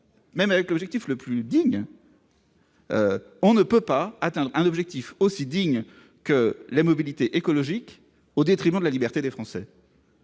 même avec l'objectif le plus digne ! On ne peut pas atteindre un objectif aussi digne que la mobilité écologique au détriment de la liberté des Français